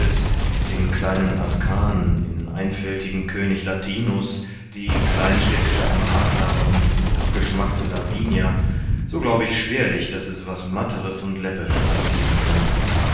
den kleinen ascan den einfältigen könig latinus die kleinstädtische amata und die abgeschmackte lavinia so glaub ich schwerlich daß es was matteres und läppischeres geben kann